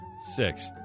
Six